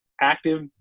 active